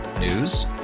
News